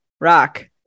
Rock